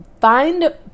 find